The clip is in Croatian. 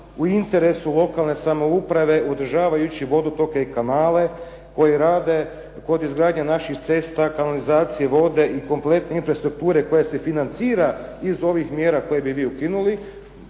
u interesu lokalne samouprave odražavajuće vodotoke i kanale koji rade kod izgradnje naših cesta, kanalizacija, vode i kompletne infrastrukture koje se financira iz ovih mjera koje bi vi ukinuli.